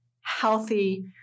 healthy